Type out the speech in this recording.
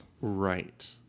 Right